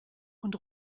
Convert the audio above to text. und